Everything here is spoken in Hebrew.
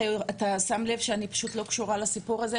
אתה שם לב שאני פשוט לא קשורה לסיפור הזה,